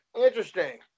Interesting